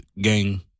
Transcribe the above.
gang